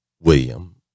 William